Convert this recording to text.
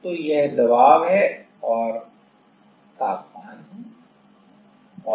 तो यह दबाव और तापमान है